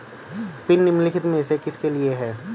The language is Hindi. पिन निम्नलिखित में से किसके लिए है?